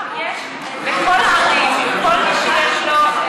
בכל הערים, כל מי שיש לו,